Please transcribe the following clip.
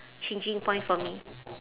changing point for me